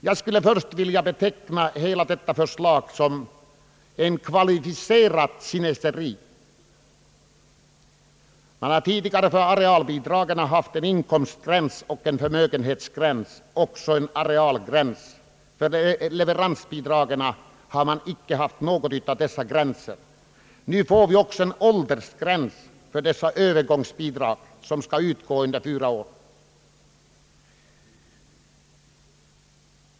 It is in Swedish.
Jag vill beteckna hela detta förslag som ett kvalificerat kineseri. För arealbidragen har tidigare gällt en inkomstgräns och en förmögenhetsgräns samt dessutom en arealgräns. För leveransbidragen har icke någon av dessa gränser tillämpats. Nu införs en åldersgräns för dessa övergångsbidrag, som skall utgå under fyra år.